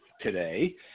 today